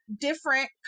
different